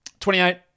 28